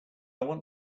want